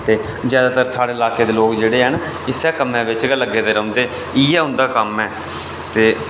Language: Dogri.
ते जैदातर साढ़े लाके दे लोक जेह्ड़े हैन इस्सै कम्मै बिच गै लग्गे दे रौंह्दे इ'यै उं'दा कम्म ऐ ते